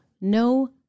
no